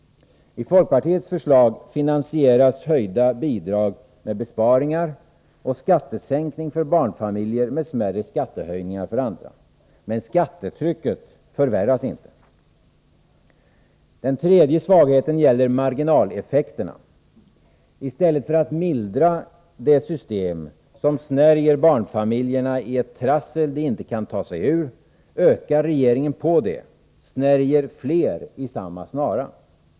I folkpartiets förslag finansieras höjda bidrag med besparingar och skattesänkning för barnfamiljer med smärre skattehöjningar för andra, men skattetrycket förvärras inte. Den tredje svagheten gäller marginaleffekterna. I stället för att mildra det system som snärjer barnfamiljerna i ett trassel de inte kan ta sig ur, ökar regeringen på det, snärjer fler i samma snara.